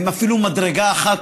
הם אפילו מדרגה אחת,